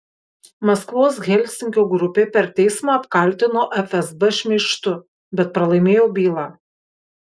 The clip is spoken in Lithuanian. maskvos helsinkio grupė per teismą apkaltino fsb šmeižtu bet pralaimėjo bylą